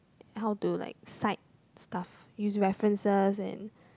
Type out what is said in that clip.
how to like site stuff use references and